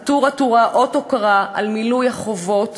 עטור/עטורה אות הוקרה על מילוי החובות,